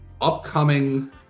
upcoming